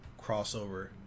crossover